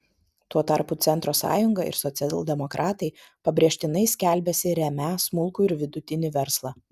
tuo tarpu centro sąjunga ir socialdemokratai pabrėžtinai skelbiasi remią smulkų ir vidutinį verslą